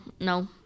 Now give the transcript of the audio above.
No